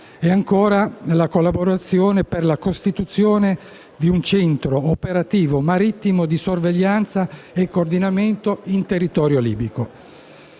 costiera e collaborazione per la costituzione di un centro operativo marittimo di sorveglianza e coordinamento in territorio libico.